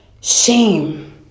shame